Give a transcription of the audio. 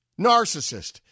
narcissist